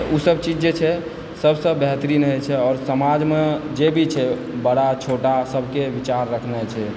ओसभ चीज जे छै सभसँ बेहतरीन होइ छै आओर समाजमे जे भी छै बड़ा छोटा सभके विचार रखनाइ छै